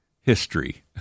history